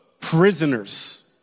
prisoners